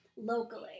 Locally